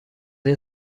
این